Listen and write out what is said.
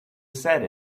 said